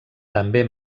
també